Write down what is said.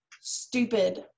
Stupid